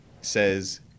says